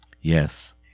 Yes